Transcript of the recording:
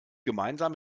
gemeinsam